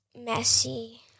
messy